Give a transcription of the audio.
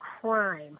crime